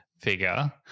figure